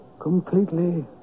completely